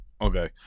Okay